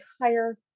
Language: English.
entire